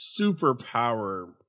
superpower